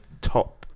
top